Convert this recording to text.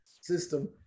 system